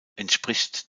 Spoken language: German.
entspricht